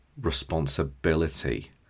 responsibility